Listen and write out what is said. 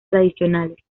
tradicionales